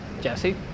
Jesse